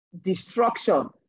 destruction